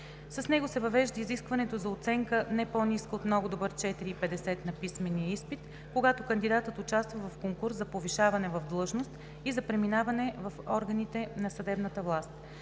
С него се въвежда изискването за оценка, не по-ниска от много добър „4,50“ на писмения изпит, когато кандидатът участва в конкурс за повишаване в длъжност и за преместване в органите на съдебната власт.